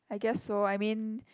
I guess so I mean